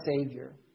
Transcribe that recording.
Savior